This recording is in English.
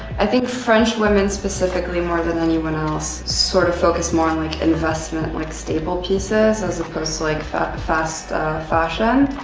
i think french women specifically more than anyone else sort of focus more on like investment, like staple pieces as opposed to like fast fashion.